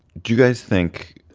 do you guys think